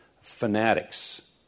fanatics